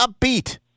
upbeat